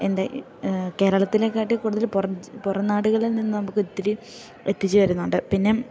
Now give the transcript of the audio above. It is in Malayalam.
എന്താ കേരളത്തിലേക്കാട്ടിലും കൂടുതൽ പുറം നാടുകളിൽ നിന്ന് നമുക്കൊത്തിരി എത്തിച്ചു വരുന്നുണ്ട് പിന്നെ